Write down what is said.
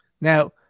Now